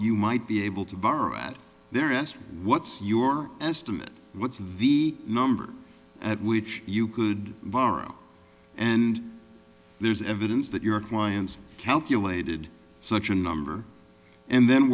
you might be able to borrow at their rest what's your estimate what's the v number at which you could borrow and there's evidence that your clients calculated such a number and then